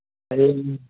ꯍꯌꯦꯡ